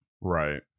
right